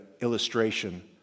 illustration